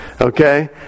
okay